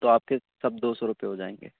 تو آپ کے سب دو سو روپے ہو جائیں گے